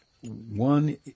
One